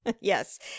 Yes